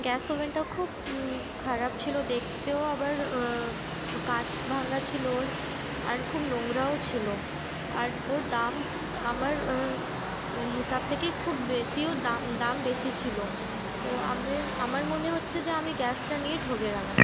gas ওভেনটা খুব খারাপ ছিল দেখতেও আবার কাঁচ ভাঙা ছিল ওর আর খুব নোংরাও ছিল আর ওর দাম আমার হিসাব থেকে খুব বেশিও দাম দাম বেশি ছিল তো আমির আমার মনে হচ্ছে যে আমি গ্যাসটা নিয়ে ঠকে গেলাম